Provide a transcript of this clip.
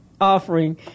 offering